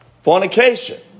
Fornication